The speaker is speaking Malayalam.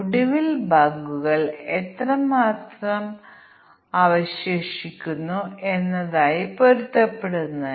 13 ഇൻപുട്ടുകളും ഓരോ ടെസ്റ്റും 3 ഉണ്ടെങ്കിൽ കോമ്പിനേഷനുകളുടെ എണ്ണം 3 മുതൽ പവർ 13 വരെ 10 ൽ 1